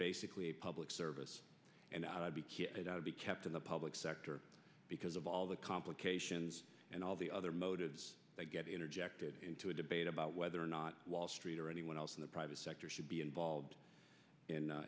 basically a public service and to be kept in the public sector because of all the complications and all the other motives that get interjected into a debate about whether or not wall street or anyone else in the private sector should be involved in